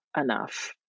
enough